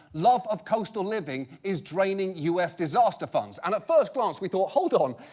love of coastal living is draining u s. disaster funds. and at first glance, we thought, hold on.